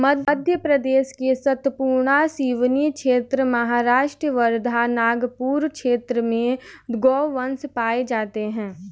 मध्य प्रदेश के सतपुड़ा, सिवनी क्षेत्र, महाराष्ट्र वर्धा, नागपुर क्षेत्र में गोवंश पाये जाते हैं